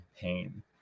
pain